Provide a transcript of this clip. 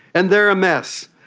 and they are a mess.